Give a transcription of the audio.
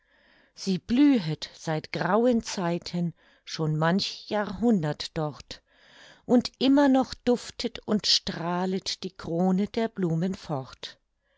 sie blühet seit grauen zeiten schon manch jahrhundert dort und immer noch duftet und strahlet die krone der blumen fort